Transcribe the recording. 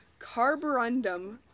Carborundum